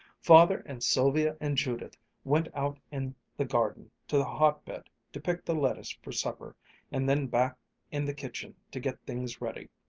father and sylvia and judith went out in the garden to the hotbed to pick the lettuce for supper and then back in the kitchen to get things ready.